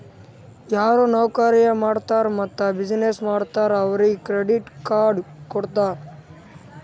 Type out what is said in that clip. ಯಾರು ನೌಕರಿ ಮಾಡ್ತಾರ್ ಮತ್ತ ಬಿಸಿನ್ನೆಸ್ ಮಾಡ್ತಾರ್ ಅವ್ರಿಗ ಕ್ರೆಡಿಟ್ ಕಾರ್ಡ್ ಕೊಡ್ತಾರ್